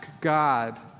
God